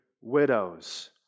widows